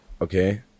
okay